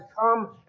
come